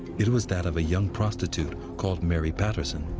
it was that of a young prostitute called mary patterson.